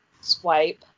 swipe